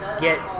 get